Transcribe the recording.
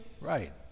right